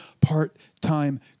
part-time